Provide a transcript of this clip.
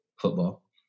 football